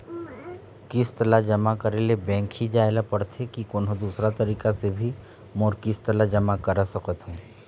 किस्त ला जमा करे ले बैंक ही जाए ला पड़ते कि कोन्हो दूसरा तरीका से भी मोर किस्त ला जमा करा सकत हो?